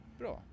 bra